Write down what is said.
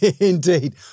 Indeed